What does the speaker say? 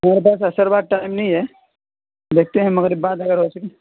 ہمارے پاس عصر بعد ٹائم نہیں ہے دیکھتے ہیں مغرب بعد اگر ہو سکے